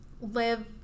live